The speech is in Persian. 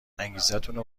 انگیزتونو